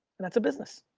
and that's a business.